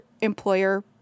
employer